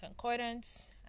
Concordance